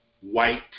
white